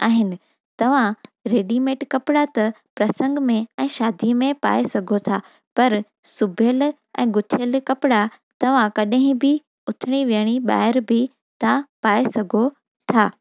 आहिनि तव्हां रेडीमेड कपिड़ा त प्रसंग में ऐं शादी में पाए सघो था पर सिबियलु ऐं गुथियल कपड़ा तवां कॾहिं बि उथिणी वेहिणी ॿाहिरि बि तव्हां पाए सघो था